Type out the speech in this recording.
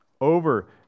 Over